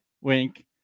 Wink